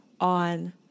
on